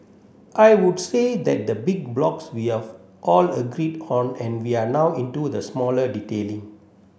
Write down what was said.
I would say that the big blocks we are all agreed on and we're now into the smaller detailing